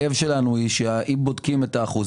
הכאב שלנו הוא שאם בודקים את האחוז,